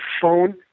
phone